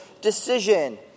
decision